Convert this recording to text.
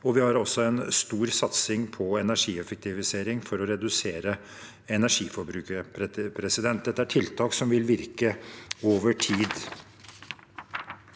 Vi har også en stor satsing på energieffektivisering, for å redusere energiforbruket. Dette er tiltak som vil virke over tid.